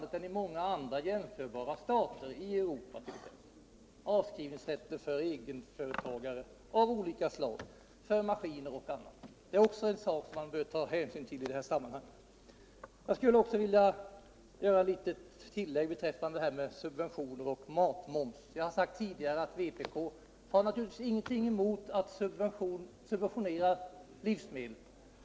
Det är fråga om rätten till avskrivning av olika slag för egenföretagare — för maskiner och annat. Detta är också en sak som man. bör ta hänsyn till i det här sammanhanget. Jag skulle även vilja göra eu litet tillägg beträffande detta med subventioner och matmoms. Jag har sagt tidigare att vpk har naturligtvis ingenting emot att subventionera livsmedel.